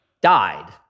died